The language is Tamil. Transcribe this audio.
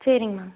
சரிங்க மேம்